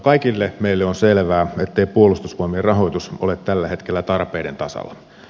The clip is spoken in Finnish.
kaikille meille on selvää ettei puolustusvoimien rahoitus ole tällä hetkellä tarpeiden tasalla